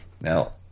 Now